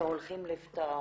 שהולכים לפתוח